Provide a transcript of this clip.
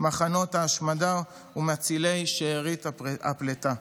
מחנות ההשמדה ומצילי שארית הפליטה.